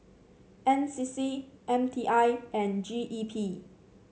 N C C M T I and G E P